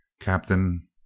Captain